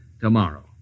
tomorrow